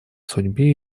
судьбе